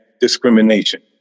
discrimination